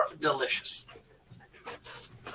delicious